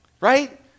right